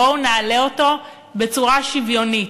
בואו נעלה אותו בצורה שוויונית.